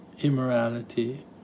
immorality